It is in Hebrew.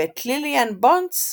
ואת ליליאן בונדס,